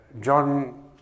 John